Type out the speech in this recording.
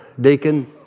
deacon